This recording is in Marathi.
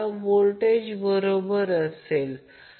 लोड अँगलचे फेज करंट्स आणि लाईन करंट्स मोजा